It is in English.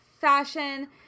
fashion